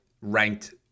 ranked